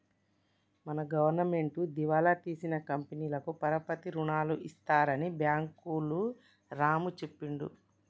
మన గవర్నమెంటు దివాలా తీసిన కంపెనీలకు పరపతి రుణాలు ఇస్తారని బ్యాంకులు రాము చెప్పిండు